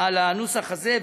על הנוסח הזה.